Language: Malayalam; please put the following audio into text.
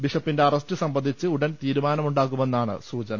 ബിഷപ്പിന്റെ അറസ്റ്റ് സംബന്ധിച്ച് ഉടൻ തീരു മാനമുണ്ടാകുമെന്നാണ് സൂചന